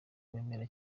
wemera